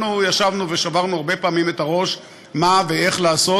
אנחנו ישבנו ושברנו הרבה פעמים את הראש מה ואיך לעשות,